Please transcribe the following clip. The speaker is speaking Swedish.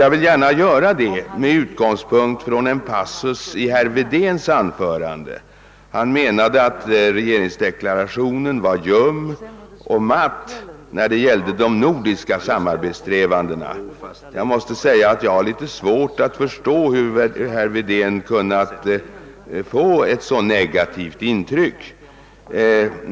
Jag vill gärna göra detta med utgångspunkt i en passus i herr Wedéns anförande. Herr Wedén menade att regeringsdeklarationen var ljum och matt när det gällde de nordiska samarbetssträvandena, men jag har litet svårt att förstå hur herr Wedén kunnat få ett så negativt intryck.